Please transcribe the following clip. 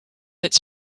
its